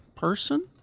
Person